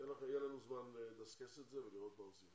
יהיה לנו זמן לדון בזה ולראות מה עושים.